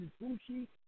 Bushi